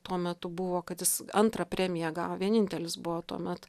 tuo metu buvo kad jis antrą premiją gavo vienintelis buvo tuomet